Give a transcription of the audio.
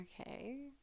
Okay